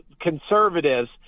conservatives